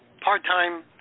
part-time